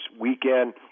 weekend